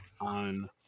on